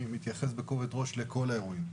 אני מתייחס בכובד ראש לכל האירועים.